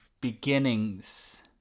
beginnings